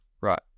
Right